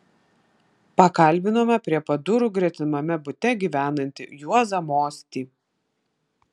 pakalbinome prie pat durų gretimame bute gyvenantį juozą mostį